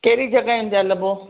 केरी जॻहियुनि ते हलबो